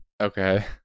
okay